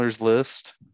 List